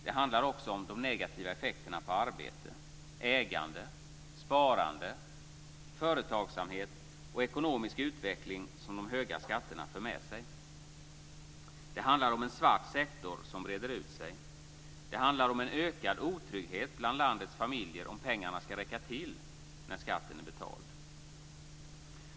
Det handlar också om de negativa effekterna på arbete, ägande, sparande, företagsamhet och ekonomisk utveckling som de höga skatterna för med sig. Det handlar om en svart sektor som breder ut sig. Det handlar om en ökad otrygghet bland landets familjer om pengarna ska räcka till när skatten är betald.